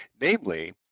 namely